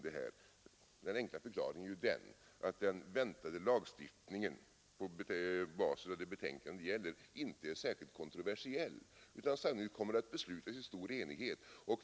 Det här är egentligen en ynkedom! Den väntade lagstiftningen på basis av det betänkande det gäller är inte särskilt kontroversiell utan kommer sannolikt att beslutas i stor enighet.